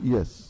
Yes